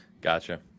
Gotcha